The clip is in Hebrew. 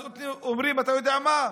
אז אומרים: אתה יודע מה?